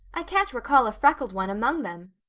i can't recall a freckled one among them.